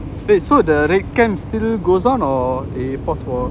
wait so the red camp still goes on or they pause for